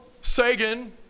Sagan